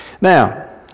Now